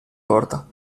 porta